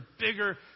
bigger